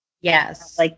Yes